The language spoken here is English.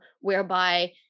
whereby